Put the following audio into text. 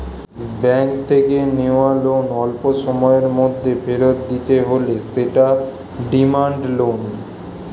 bank থেকে নেওয়া loan অল্পসময়ের মধ্যে ফেরত দিতে হলে সেটা ডিমান্ড লোন